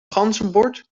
ganzenbord